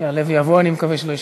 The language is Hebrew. "יעלה ויבוא" אני מקווה שלא ישכחו.